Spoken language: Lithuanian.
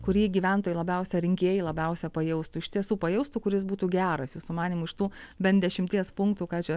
kurį gyventojai labiausia rinkėjai labiausia pajaustų iš tiesų pajaustų kuris būtų geras jūsų manymu iš tų bent dešimties punktų ką čia